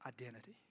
identity